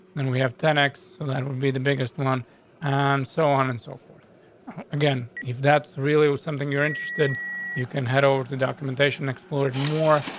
then we have ten x. that would be the biggest one on and so on and so forth again. if that's really was something you're interested you can head over the documentation explored more.